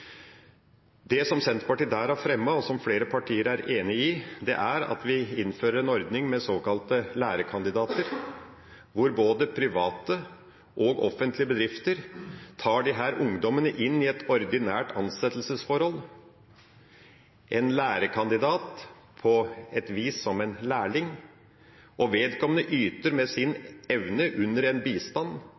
Det som Senterpartiet der har fremmet, og som flere partier er enig i, er at vi innfører en ordning med såkalte lærekandidater, hvor både private og offentlige bedrifter tar ungdommene inn i ordinært ansettelsesforhold – en lærekandidat på et vis som en lærling, og vedkommende yter med sin evne under bistand fra arbeidsgiver. Og så får en